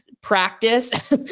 practice